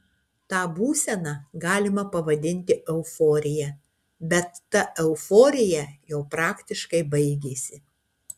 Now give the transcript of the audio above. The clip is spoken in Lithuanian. tą būseną galima pavadinti euforija bet ta euforija jau praktiškai baigėsi